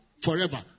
forever